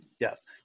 Yes